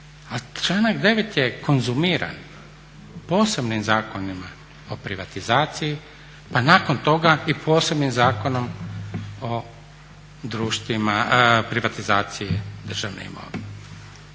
članak 9.je konzumiran posebnim zakonima o privatizaciji, pa nakon toga i posebnim Zakonom o privatizaciji državne imovine.